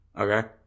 Okay